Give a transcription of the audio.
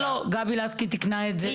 גבי לסקי תיקנה את זה,